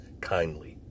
kindly